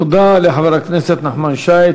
תודה לחבר הכנסת נחמן שי.